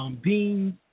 beans